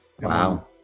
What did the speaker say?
Wow